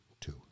two